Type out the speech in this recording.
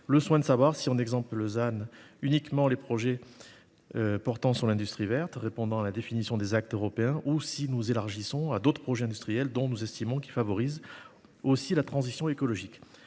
le soin de savoir si on exempte du ZAN uniquement les projets portant sur l'industrie verte répondant à la définition des actes européens [...] ou si nous élargissons à d'autres projets industriels dont nous estimons qu'ils favorisent aussi la transition écologique